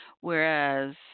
Whereas